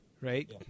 right